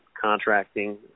contracting